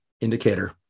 indicator